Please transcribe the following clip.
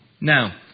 Now